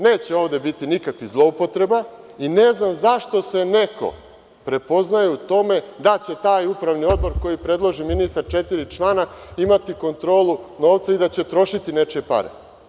Neće ovde biti nikakvih zloupotreba i ne znam zašto se neko prepoznaje u tome da će taj upravni odbor gde predlaže ministar četiri člana imati kontrolu novca i da će trošiti nečije pare.